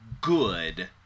good